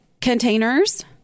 containers